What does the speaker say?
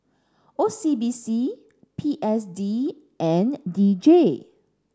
O C B C P S D and D J